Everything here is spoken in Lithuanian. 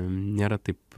nėra taip